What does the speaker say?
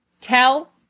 Tell